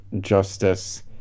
justice